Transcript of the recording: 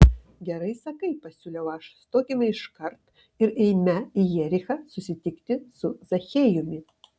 gerai sakai pasiūliau aš stokime iškart ir eime į jerichą susitikti su zachiejumi